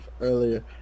earlier